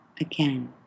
Again